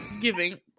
giving